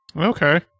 Okay